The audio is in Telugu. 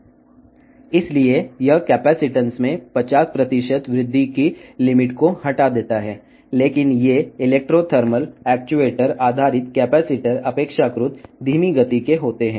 అందువల్ల ఇది కెపాసిటెన్స్లో 50 పెరుగుదల పరిమితిని తొలగిస్తుంది అయితే ఈ ఎలక్ట్రో థర్మల్ యాక్యుయేటర్ ఆధారిత కెపాసిటర్లు చాలా నెమ్మదిగా ఉంటాయి